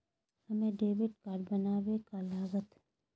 हमें debit card बनाने में का लागत?